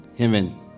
Amen